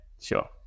sure